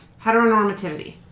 Heteronormativity